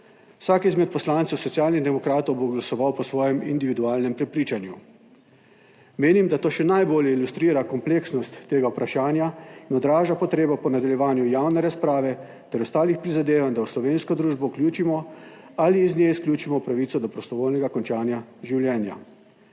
Vsak izmed poslancev Socialnih demokratov bo glasoval po svojem individualnem prepričanju. Menim da to še najbolje ilustrira kompleksnost tega vprašanja in odraža potrebo po nadaljevanju javne razprave ter ostalih prizadevanj, da v slovensko družbo vključimo ali iz nje izključimo pravico do prostovoljnega končanja življenja.